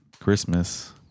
Christmas